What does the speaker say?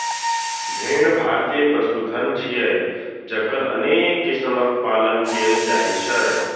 भेड़ भारतीय पशुधन छियै, जकर अनेक किस्मक पालन कैल जाइ छै